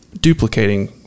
duplicating